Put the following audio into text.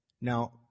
Now